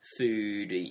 food